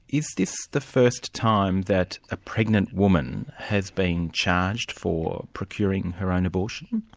is this the first time that a pregnant woman has been charged for procuring her own abortion?